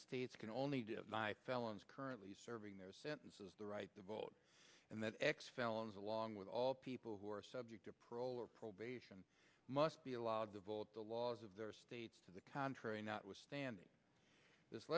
states can only do felons currently serving their sentences the right to vote and that ex felons along with all people who are subject to prolife probation must be allowed to vote the laws of their state to the contrary notwithstanding this